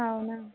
అవునా